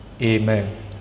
amen